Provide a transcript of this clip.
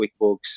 QuickBooks